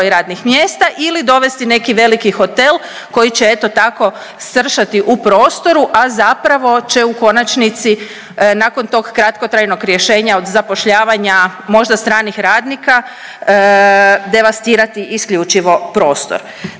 radnih mjesta ili dovesti neki veliki hotel koji će eto tako stršati u prostoru, a zapravo će u konačnici nakon tog kratkotrajnog rješenja od zapošljavanja možda stranih radnika devastirati isključivo prostor.